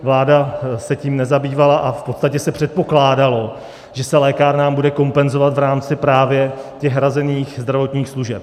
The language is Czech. Vláda se tím nezabývala a v podstatě se předpokládalo, že se lékárnám bude kompenzovat v rámci právě těch hrazených zdravotních služeb.